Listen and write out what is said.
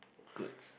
goods